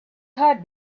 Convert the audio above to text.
heart